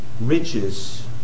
riches